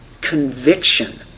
conviction